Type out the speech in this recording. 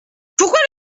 pourquoi